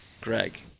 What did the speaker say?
Greg